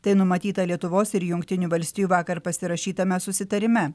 tai numatyta lietuvos ir jungtinių valstijų vakar pasirašytame susitarime